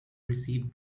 received